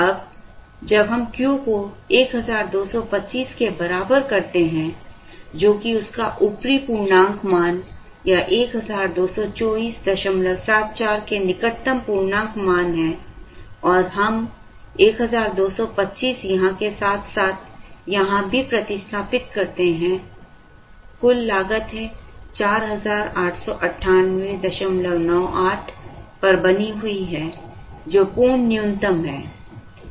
अब जब हम Q को 1225 के बराबर करते हैं जो कि उसका ऊपरी पूर्णांक मान या 122474 के निकटतम पूर्णांक मान है और हम 1225 यहाँ के साथ साथ यहाँ भी प्रतिस्थापित करते हैं कुल लागत है 489898 पर बनी हुई है जो पूर्ण न्यूनतम है